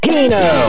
Kino